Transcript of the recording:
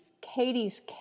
Katie's